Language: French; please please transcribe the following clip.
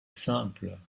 simple